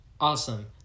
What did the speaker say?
awesome